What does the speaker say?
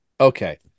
okay